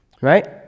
right